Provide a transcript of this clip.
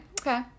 okay